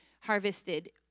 harvested